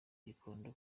gikondo